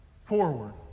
forward